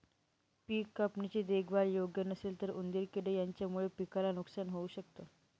पिक कापणी ची देखभाल योग्य नसेल तर उंदीर किडे यांच्यामुळे पिकाला नुकसान होऊ शकत